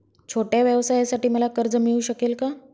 छोट्या व्यवसायासाठी मला कर्ज मिळू शकेल का?